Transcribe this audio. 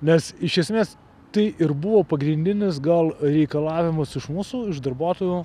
nes iš esmės tai ir buvo pagrindinis gal reikalavimas iš mūsų iš darbuotojų